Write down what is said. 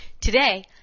Today